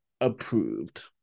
approved